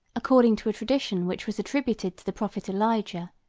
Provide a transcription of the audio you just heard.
according to a tradition which was attributed to the prophet elijah,